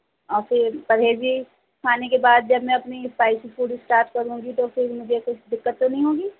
اور پھر پرہیزی کھانے کے بعد جب میں اپنی اسپائسی فوڈ اسٹارٹ کروں گی تو پھر مجھے کچھ دقت تو نہیں ہوگی